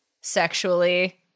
sexually